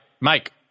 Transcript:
Mike